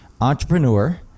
entrepreneur